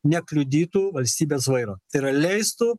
nekliudytų valstybės vairo tai yra leistų